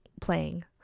playing